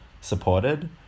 supported